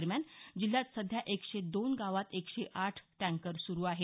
दरम्यान जिल्ह्यात सध्या एकशे दोन गावात एकशे आठ टँकर सुरु आहेत